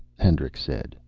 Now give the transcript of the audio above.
hendricks said.